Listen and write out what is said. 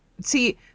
see